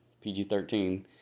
PG-13